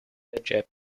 egypt